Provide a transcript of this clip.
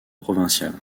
provincial